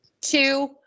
Two